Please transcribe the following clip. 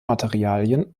materialien